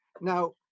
Now